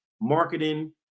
marketing